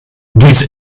this